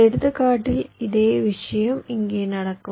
இந்த எடுத்துக்காட்டில் இதே விஷயம் இங்கே நடக்கும்